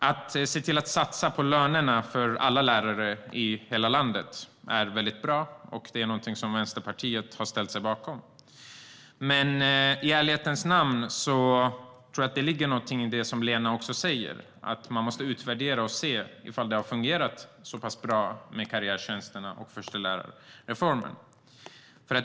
Att se till att satsa på lönerna för alla lärare i hela landet är väldigt bra och något som Vänsterpartiet har ställt sig bakom. Men i ärlighetens namn tror jag att det ligger något i vad Lena säger, att man måste utvärdera och se ifall det har fungerat bra med karriärtjänsterna och förstelärarreformen.